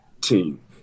team